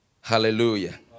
Hallelujah